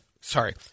sorry